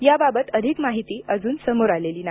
याबाबत अधिक माहिती अजून समोर आलेली नाही